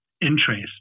Interest